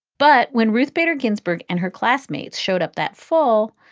but when ruth bader ginsburg and her classmates showed up that fall,